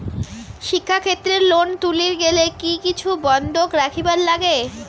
শিক্ষাক্ষেত্রে লোন তুলির গেলে কি কিছু বন্ধক রাখিবার লাগে?